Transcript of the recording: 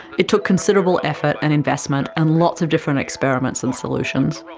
it took considerable effort and investment, and lots of different experiments and solutions.